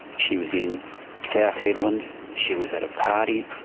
she was in south hedland, she was at a party,